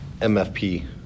MFP